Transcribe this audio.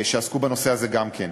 עסקו בנושא הזה גם כן.